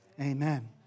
Amen